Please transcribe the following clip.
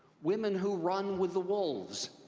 women who run with the wolves.